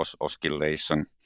oscillation